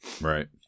Right